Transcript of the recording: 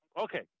Okay